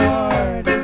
Lord